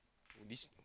oh this